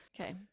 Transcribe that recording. Okay